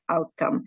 outcome